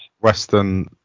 Western